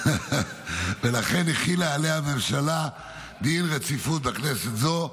-- ולכן החילה עליה הממשלה דין רציפות בכנסת זו,